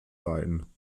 leiden